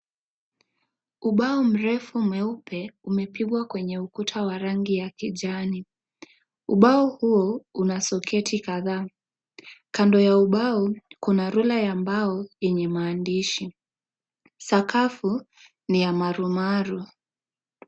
Ubao mrefu meupe umepigwa kwenye ukuta wa rangi ya kijani . Ubao huo kuna soketi kadhaa kando ya ubao kuna rula ya mbao yenye maandishi . Sakafu ni ya marumaru .